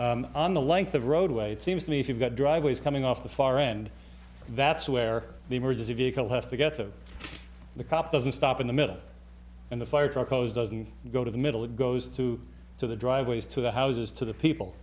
hear on the length of roadway it seems to me if you've got driveways coming off the far end that's where the emergency vehicle has to get to the cop doesn't stop in the middle and the fire truck goes doesn't go to the middle it goes to to the driveways to the houses to the